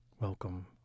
Welcome